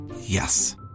Yes